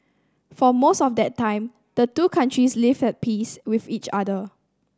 for most of that time the two countries lived at peace with each other